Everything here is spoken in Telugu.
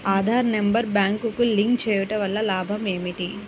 ఆధార్ నెంబర్ బ్యాంక్నకు లింక్ చేయుటవల్ల లాభం ఏమిటి?